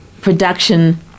production